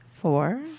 four